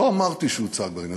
לא אמרתי שהוצג בקבינט,